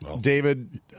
David